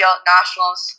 Nationals